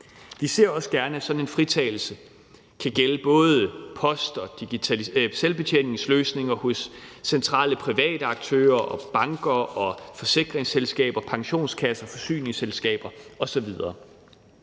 Vi ser også gerne, at sådan en fritagelse kan gælde både post og selvbetjeningsløsninger hos centrale private aktører, banker, forsikringsselskaber, pensionskasser, forsyningsselskaber osv.